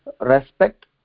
respect